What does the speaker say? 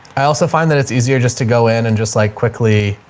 i also find that it's easier just to go in and just like quickly